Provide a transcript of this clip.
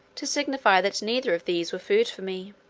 to signify that neither of these were food for me.